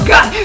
God